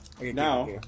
Now